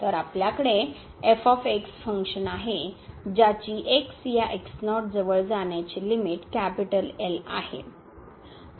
तर आपल्याकडे f function आहे ज्याची x या x0 जवळ जाण्याचे लिमिट L आहे